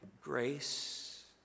Grace